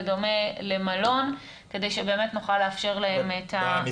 בדומה למלון, כדי שבאמת נוכל לאפשר להם את ההאכלה.